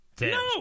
No